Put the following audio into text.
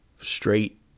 straight